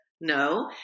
No